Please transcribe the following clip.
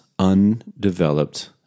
Undeveloped